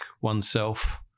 oneself